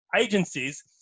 agencies